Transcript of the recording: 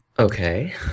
Okay